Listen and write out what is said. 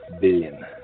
Billion